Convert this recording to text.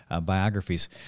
biographies